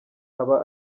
aba